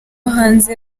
hanze